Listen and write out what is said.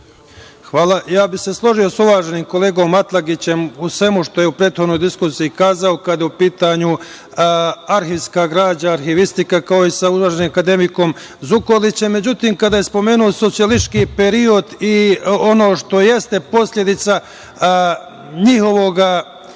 Hvala. Ja bih se složio sa uvaženim kolegom Atlagićem u svemu što je u prethodnoj diskusiji kazao kada je u pitanju arhivska građa, arhivistika, kao i sa uvaženim akademikom Zukorlićem, međutim kada je spomenuo socijalistički period i ono što jeste posledica njihovog